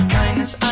kindness